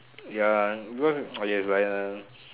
ya because !aiya! is like that one